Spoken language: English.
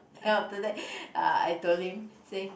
then after that uh I told him say